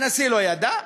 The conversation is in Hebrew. הנשיא לא ידע,